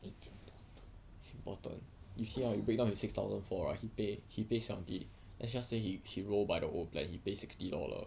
it's important you see ah you break down the six thousand four right he pay he pay seventy let's just say he he go by the old plan he pay sixty dollar